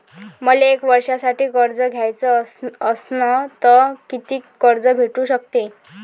मले एक वर्षासाठी कर्ज घ्याचं असनं त कितीक कर्ज भेटू शकते?